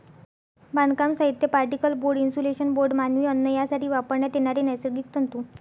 बांधकाम साहित्य, particle board, insulation board, मानवी अन्न यासाठी वापरण्यात येणारे नैसर्गिक तंतू